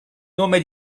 nome